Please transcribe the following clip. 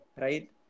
right